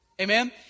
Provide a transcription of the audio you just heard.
Amen